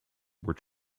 were